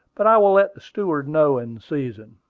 but i will let the steward know in season.